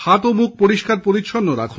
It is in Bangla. হাত ও মুখ পরিষ্কার পরিচ্ছন্ন রাখুন